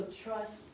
trust